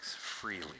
freely